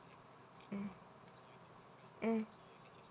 mm mm